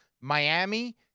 Miami